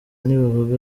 ntibavuga